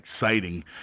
exciting